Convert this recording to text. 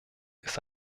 ist